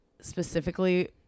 specifically